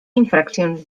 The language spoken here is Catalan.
infraccions